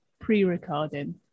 pre-recording